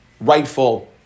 rightful